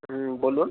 হুম বলুন